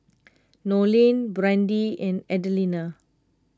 Nolen Brandi and Adelina